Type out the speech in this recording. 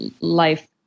life